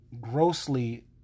grossly